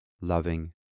loving